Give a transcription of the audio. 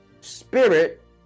spirit